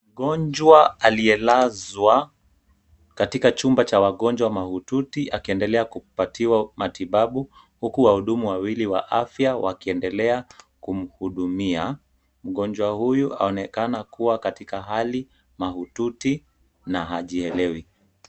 Mgonjwa aliyelazwa katika chumba cha wagonjwa mahututi akiendelea kupatiwa matibabu, huku wahudumu wawili wa afya wakiendelea kumhudumia. Mgonjwa huyu aonekana kuwa katika hali mahututi na hajielewi.